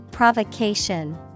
Provocation